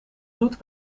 zoet